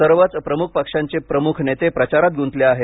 सर्वच प्रमुख पक्षांचे प्रमुख नेते प्रचारात गुंतले आहेत